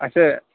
اچھا